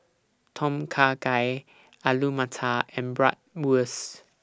Tom Kha Gai Alu Matar and Bratwurst